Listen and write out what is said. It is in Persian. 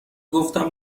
گفتم